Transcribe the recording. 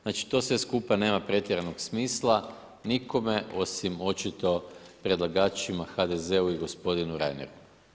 Znači, to sve skupa nema pretjeranog smisla nikome osim očito predlagačima HDZ-u i gospodinu Reineru.